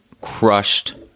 crushed